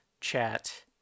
chat